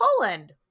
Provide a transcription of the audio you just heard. Poland